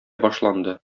башланды